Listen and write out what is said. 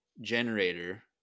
generator